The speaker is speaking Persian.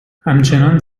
همچنان